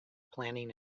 planning